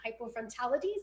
hypofrontality